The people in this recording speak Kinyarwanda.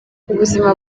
ubuzima